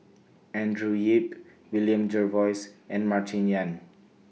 Andrew Yip William Jervois and Martin Yan